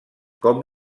com